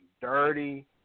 dirty